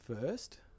first